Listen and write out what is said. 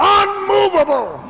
unmovable